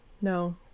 No